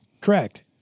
Correct